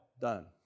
Done